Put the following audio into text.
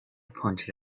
pointed